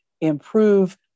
improve